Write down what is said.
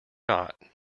not